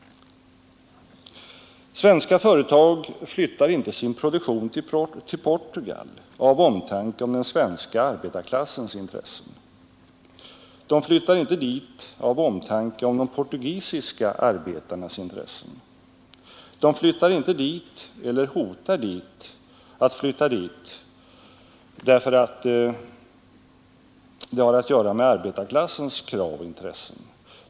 Svenska företag flyttar inte sin produktion till Portugal av omtanke om den svenska arbetarklassens intressen. De flyttar inte dit av omtanke om de portugisiska arbetarnas intressen. De flyttar inte dit eller hotar att flytta dit för att befrämja arbetarklassens krav.